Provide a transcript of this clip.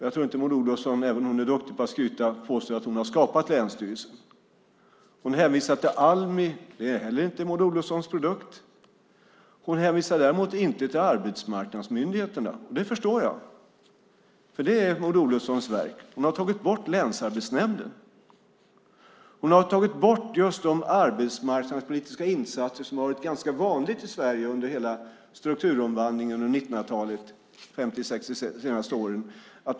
Jag tror inte att Maud Olofsson, även om hon är duktig på att skryta, påstår att hon har skapat länsstyrelsen. Hon hänvisar till Almi. Det är inte heller Maud Olofssons produkt. Hon hänvisar däremot inte till arbetsmarknadsmyndigheterna, och det förstår jag. Det är Maud Olofssons verk. Hon har tagit bort länsarbetsnämnden. Hon har tagit bort just de arbetsmarknadspolitiska insatser som har varit ganska vanliga i Sverige under hela strukturomvandlingen under 1900-talet, på 50 och 60-talet.